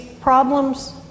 problems